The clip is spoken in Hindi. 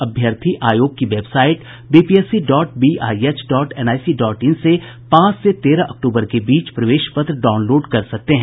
अभ्यर्थी आयोग की website BPSC dot BIH dot NIC dot in से पांच से तेरह अक्टूबर के बीच प्रवेश पत्र डाउनलोड कर सकते हैं